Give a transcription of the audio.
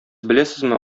беләсезме